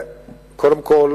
קודם כול